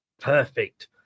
Perfect